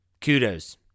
Kudos